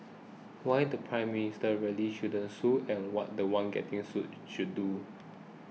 why the Prime Minister really shouldn't sue and what the one getting sued should do